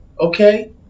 okay